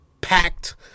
packed